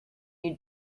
you